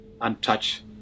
untouched